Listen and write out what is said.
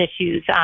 issues